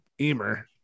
Emer